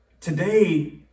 today